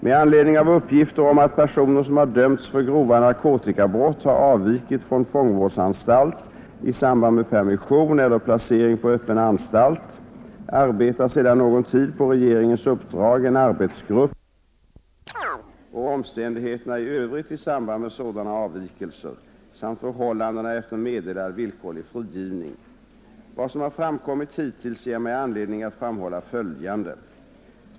Med anledning av uppgifter om att personer som har dömts för grova narkotikabrott har avvikit från fångvårdsanstalt i samband med permission eller placering på öppen anstalt arbetar sedan någon tid på regeringens uppdrag en arbetsgrupp med representanter för riksåklagaren, rikspolisstyrelsen och kriminalvårdsstyrelsen för att utreda omfattningen av och omständigheterna i övrigt i samband med sådana avvikelser samt förhållandena efter meddelad villkorlig frigivning. Vad som har framkommit hittills ger mig anledning att framhålla följande.